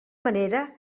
manera